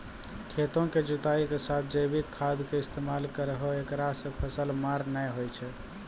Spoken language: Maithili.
खेतों के जुताई के साथ जैविक खाद के इस्तेमाल करहो ऐकरा से फसल मार नैय होय छै?